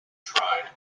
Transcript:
tried